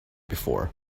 before